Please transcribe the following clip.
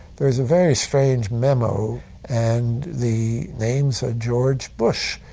there is a very strange memo and the. names a george bush.